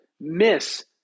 miss